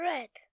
Red